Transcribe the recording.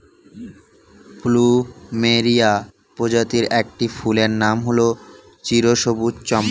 plumeria প্রজাতির একটি ফুলের নাম হল চিরসবুজ চম্পা